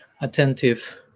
attentive